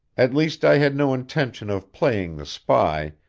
at least i had no intention of playing the spy,